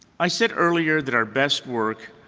i said earlier that our best work